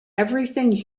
everything